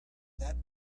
that